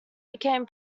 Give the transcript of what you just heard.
became